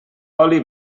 oli